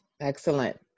excellent